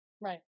Right